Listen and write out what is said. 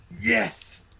yes